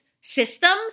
systems